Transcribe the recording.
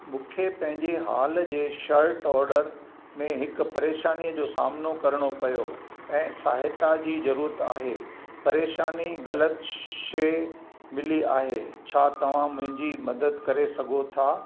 मूंखे पंहिंजे हाल जे शर्ट ऑडर में हिकु परेशानीअ जो सामिनो करिणो पियो ऐं सहायता जी ज़रूरत आहे परेशानी ग़लति शइ मिली आहे छा तव्हां मुंहिंजी मदद करे सघो था